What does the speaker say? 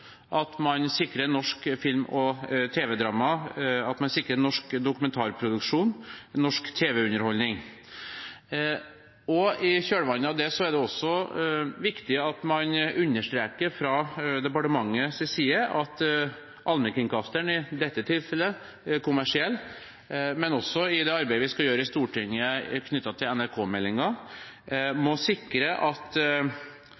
at man sikrer norsk film og tv-drama, at man sikrer norsk dokumentarproduksjon, norsk tv-underholdning. I kjølvannet av det er det viktig at man understreker fra departementets side at allmennkringkasteren, som i dette tilfellet er kommersiell, men også det arbeidet vi skal gjøre i Stortinget knyttet til